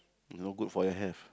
it's no good for your health